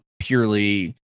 purely